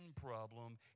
problem